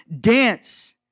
dance